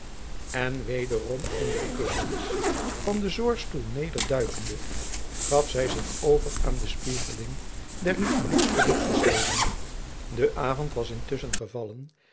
en wederom in de kussens van den zorgstoel nederduikende gaf zy zich over aan de spiegeling der lieflijkste luchtkasteelen de avond was intusschen gevallen